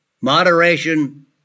Moderation